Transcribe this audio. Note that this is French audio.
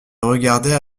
regardaient